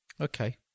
Okay